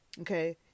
Okay